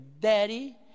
Daddy